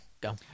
go